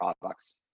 products